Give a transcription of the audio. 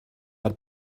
had